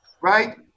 right